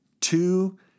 two